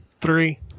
three